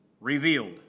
revealed